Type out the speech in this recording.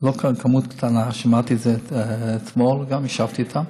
לא מספר קטן, שמעתי את זה אתמול, גם ישבתי איתם,